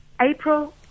April